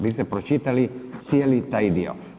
Vi ste pročitali cijeli taj dio.